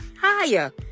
higher